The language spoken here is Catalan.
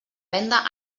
venda